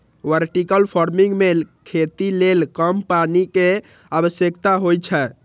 vertical farming मे खेती लेल कम पानि के आवश्यकता होइ छै